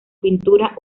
pintura